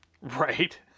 Right